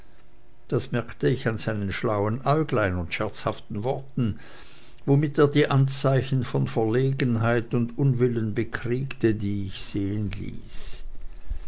das merkte ich an seinen schlauen äuglein und scherzhaften worten womit er die anzeichen von verlegenheit und unwillen bekriegte die ich sehen ließ